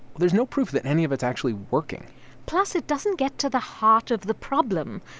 there's no proof that any of it's actually working plus, it doesn't get to the heart of the problem.